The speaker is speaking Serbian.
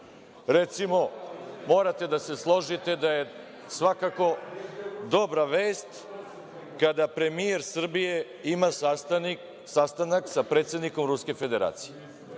recimo, morate da složite da je svakako dobra vest kada premijer Srbije ima sastanak sa predsednikom Ruske Federacije